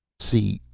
see,